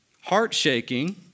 heart-shaking